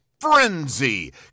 frenzy